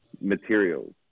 materials